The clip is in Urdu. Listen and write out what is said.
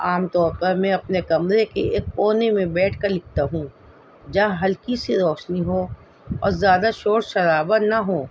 عام طور پر میں اپنے کمرے کے ایک کونے میں بیٹھ کر لکھتا ہوں جہاں ہلکی سی روشنی ہو اور زیادہ شور شرابہ نہ ہو